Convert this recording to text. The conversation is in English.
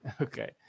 Okay